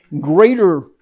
greater